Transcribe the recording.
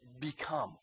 become